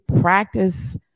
practice